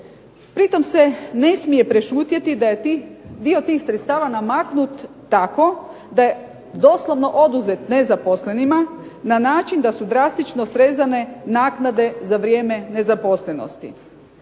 Pritom se ne smije prešutjeti da je dio tih sredstava namaknut tako da je doslovno oduzet nezaposlenima, na način da su drastično srezane naknade za vrijeme nezaposlenosti.